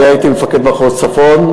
היה אתי מפקד מחוז צפון,